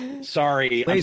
sorry